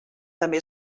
també